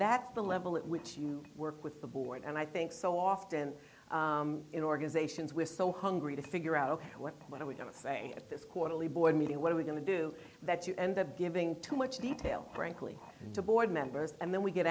that's the level at which you work with the board and i think so often in organizations we're so hungry to figure out what when we don't say at this quarterly board meeting what are we going to do that you end up giving too much detail frankly to board members and then we get